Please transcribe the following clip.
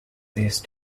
these